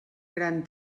gran